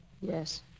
Yes